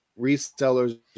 resellers